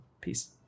Peace